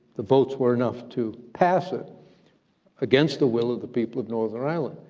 the votes were enough to pass it against the will of the people of northern ireland,